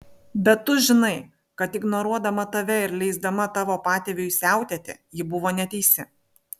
bet tu žinai kad ignoruodama tave ir leisdama tavo patėviui siautėti ji buvo neteisi